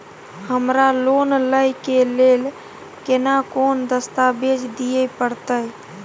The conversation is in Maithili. हमरा लोन लय के लेल केना कोन दस्तावेज दिए परतै?